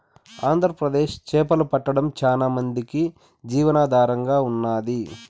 ఆంధ్రప్రదేశ్ చేపలు పట్టడం చానా మందికి జీవనాధారంగా ఉన్నాది